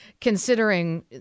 considering